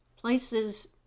places